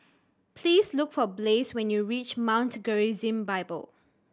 please look for Blaze when you reach Mount Gerizim Bible